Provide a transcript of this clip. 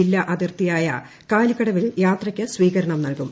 ജില്ലാ അതിർത്തിയായ കാലിക്കടവിൽ യാത്രയ്ക്ക് സ്വീകരണം നൽകും